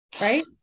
Right